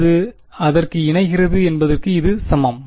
அது அதற்கு இணைகிறது என்பதற்கு இது சமம்